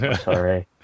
Sorry